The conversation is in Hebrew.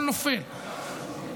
כל נופל,